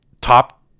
top